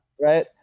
Right